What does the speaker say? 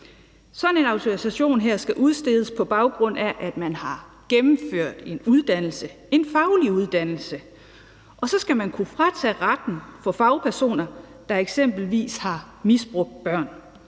Sådan en autorisation skal udstedes på baggrund af, at man har gennemført en uddannelse, en faglig uddannelse, og så skal man kunne fratage retten fra fagpersoner, der eksempelvis har misbrugt børn.